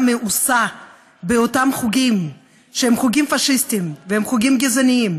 מאוסה באותם חוגים שהם חוגים פאשיסטיים והם חוגים גזעניים,